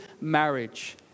marriage